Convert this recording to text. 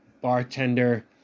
bartender